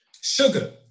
Sugar